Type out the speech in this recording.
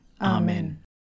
Amen